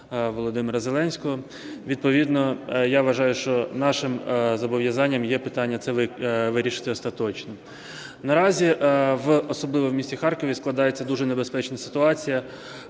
Володимира Зеленського. Відповідно я вважаю, що нашим зобов'язанням є питання це вирішити остаточно. Наразі, особливо в місті Харкові складається дуже небезпечна ситуація,